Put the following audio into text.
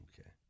Okay